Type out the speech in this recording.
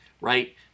right